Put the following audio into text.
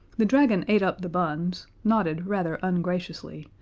the dragon ate up the buns, nodded rather ungraciously,